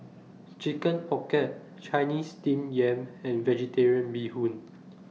Chicken Pocket Chinese Steamed Yam and Vegetarian Bee Hoon